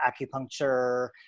acupuncture